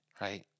right